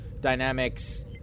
dynamics